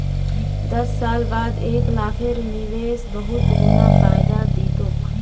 दस साल बाद एक लाखेर निवेश बहुत गुना फायदा दी तोक